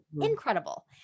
incredible